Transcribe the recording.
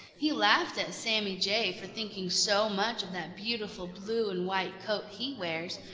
he laughed at sammy jay for thinking so much of that beautiful blue-and-white coat he wears,